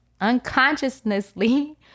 unconsciously